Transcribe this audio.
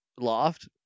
loft